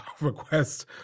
request